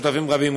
שותפים רבים,